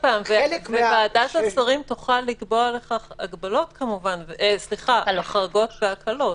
ועדת השרים תוכל לקבוע לכך החרגות והקלות.